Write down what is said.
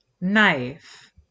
knife